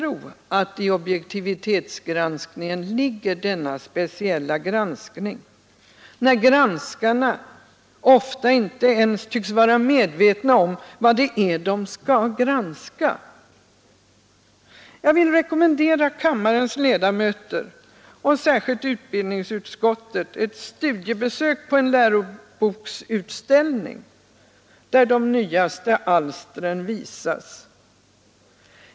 Och det skall man tro, när granskarna ofta inte ens tycks vara medvetna om vad det är de skall granska! Jag vill rekommendera kammarens ledamöter och särskilt utbildningsutskottet ett studiebesök på en läroboksutställning, där de nya alstren visas.